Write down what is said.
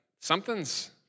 something's